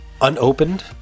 unopened